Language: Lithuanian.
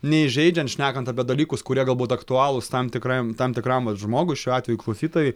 neįžeidžiant šnekant apie dalykus kurie galbūt aktualūs tam tikrajam tam tikram žmogui šiuo atveju klausytojui